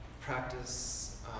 practice